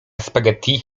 spaghetti